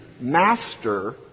master